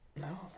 No